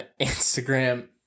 Instagram